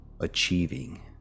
achieving